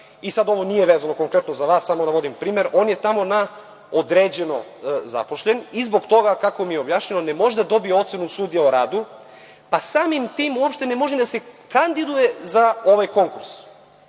i sada ovo nije konkretno vezano za vas, samo navodim primer, on je tamo na određeno vreme zaposlen i zbog toga, kako mi je objašnjeno ne može da dobije ocenu sudija o radu, pa samim tim ne može uopšte da se kandiduje za ovaj konkurs.